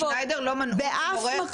בשניידר לא מנעו מהורה.